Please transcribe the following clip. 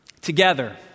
together